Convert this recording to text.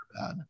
bad